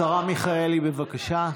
השרה מיכאלי, בבקשה.